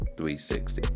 360